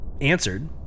answered